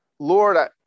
Lord